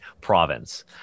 province